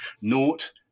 naught